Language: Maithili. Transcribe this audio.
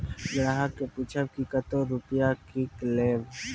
ग्राहक से पूछब की कतो रुपिया किकलेब?